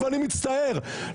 ואני מצטער,